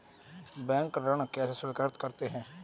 Bank ऋण कैसे स्वीकृत करते हैं?